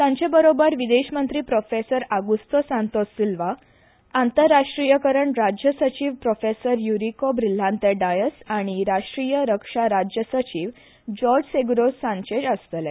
तांचे बरोबर विदेश मंत्री प्रोफेसर आगुस्तो सांतोस सिल्वा आंतरराष्ट्रीय राज्य सचीव प्रोफेसर युरीको ब्रिल्हांते डायस आनी राष्ट्रीय रक्षा राज्य सचीव जॉर्ज सेगुरो सांचेज आसतले